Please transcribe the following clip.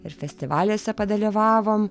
ir festivaliuose padalyvavom